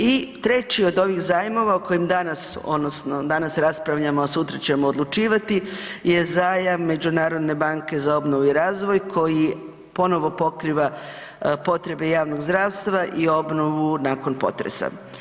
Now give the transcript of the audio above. I treći od ovih zajmova o kojem danas odnosno danas raspravljamo a sutra ćemo odlučivati je zajam Međunarodne banke za obnovu i razvoj koji ponovo pokriva potrebe javnog zdravstva i obnovu nakon potresa.